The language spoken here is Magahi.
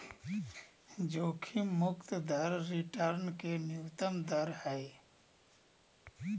जोखिम मुक्त दर रिटर्न के न्यूनतम दर हइ